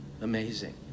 amazing